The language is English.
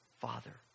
Father